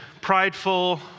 prideful